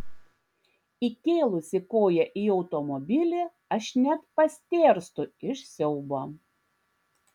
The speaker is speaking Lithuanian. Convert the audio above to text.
įkėlusi koją į automobilį aš net pastėrstu iš siaubo